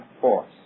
force